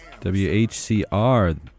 WHCR